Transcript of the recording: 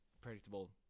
predictable